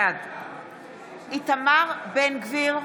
בעד איתמר בן גביר,